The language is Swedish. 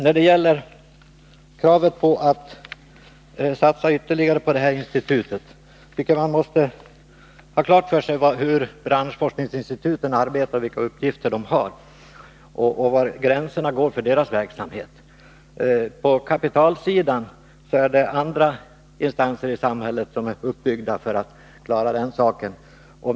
När man skall ta ställning till krav på att satsa ytterligare på detta institut, måste man ha klart för sig hur branschforskningsinstituten arbetar, vilka uppgifter de har och var gränslinjerna går för deras verksamhet. För att klara kapitalbehovet är andra instanser uppbyggda.